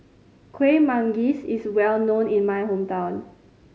Kueh Manggis is well known in my hometown